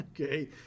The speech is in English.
Okay